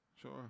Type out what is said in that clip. sure